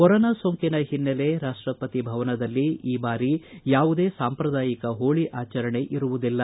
corona ಸೋಂಕಿನ ಹಿನ್ನೆಲೆ ರಾಷ್ಟಪತಿ ಭವನದಲ್ಲಿ ಈ ಬಾರಿ ಯಾವುದೇ ಸಾಂಪ್ರದಾಯಿಕ ಹೋಳ ಆಚರಣೆ ಇರುವುದಿಲ್ಲ